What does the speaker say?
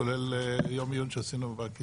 כולל יום עיון שעשינו בבנק ישראל.